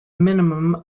minimum